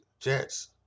Jets